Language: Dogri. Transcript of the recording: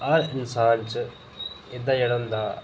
हर इंसान च एह्दा जेह्ड़ा होंदा